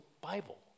Bible